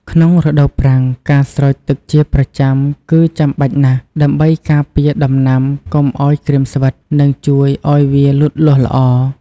ក្នុងរដូវប្រាំង ការស្រោចទឹកជាប្រចាំគឺចាំបាច់ណាស់ ដើម្បីការពារដំណាំកុំឱ្យក្រៀមស្វិត និងជួយឱ្យវាលូតលាស់ល្អ។